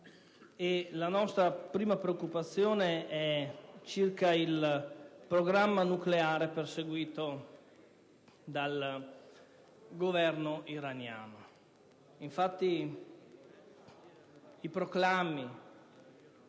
la nostra prima preoccupazione concerne il programma nucleare perseguito dal Governo iraniano.